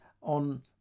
on